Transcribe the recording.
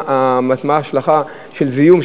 מה ההשלכה של זיהום.